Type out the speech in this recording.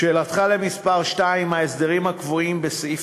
לשאלתך מס' 2: ההסדרים הקבועים בסעיף